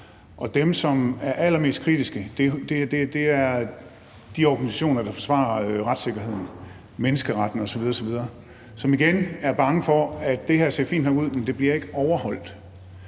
og dem, som er allermest kritiske, er de organisationer, der forsvarer retssikkerheden, menneskerettighederne osv. osv., og som igen er bange for, at det, selv om det ser fint nok ud, ikke bliver overholdt.